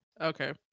Okay